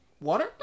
water